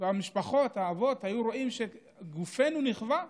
והמשפחות, האבות היו רואים שגופנו נכווה,